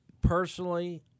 Personally